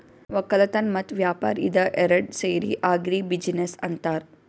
ವಕ್ಕಲತನ್ ಮತ್ತ್ ವ್ಯಾಪಾರ್ ಇದ ಏರಡ್ ಸೇರಿ ಆಗ್ರಿ ಬಿಜಿನೆಸ್ ಅಂತಾರ್